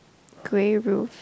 grey blue